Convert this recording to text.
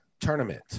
tournament